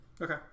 Okay